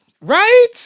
Right